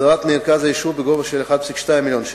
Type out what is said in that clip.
הסדרת מרכז היישוב בגובה של 1.2 מיליון שקל,